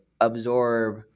absorb